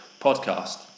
podcast